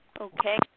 Okay